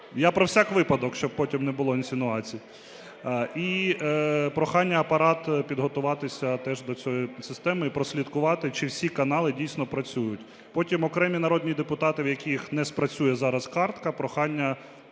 я про всяк випадок, щоб потім не було інсинуацій. І прохання Апарату підготуватися теж до цієї системи і прослідкувати, чи всі канали дійсно працюють. Потім окремі народні депутати, в яких не спрацює зараз картка, прохання